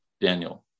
daniel